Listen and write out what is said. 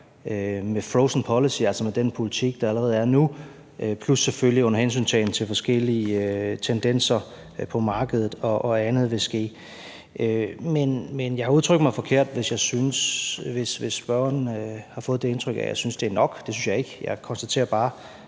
med frozen policy, altså med den politik, der allerede er nu, plus selvfølgelig under hensyntagen til forskellige tendenser på markedet, og at andet vil ske. Men jeg har udtrykt mig forkert, hvis spørgeren har fået det indtryk, at jeg synes, det er nok. Det synes jeg ikke. Jeg konstaterer bare,